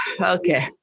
okay